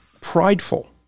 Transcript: prideful